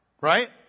right